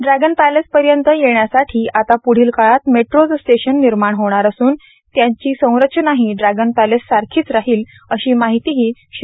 dragon पॅलेसपर्यंत येण्यासाठी आता प्ढील काळात मेट्रोचे स्टेशन निर्माण होणार असून त्यांची संरचनाही ड्रॅगन पॅलेस सारखीच राहील अशी माहितीही श्री